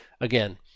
Again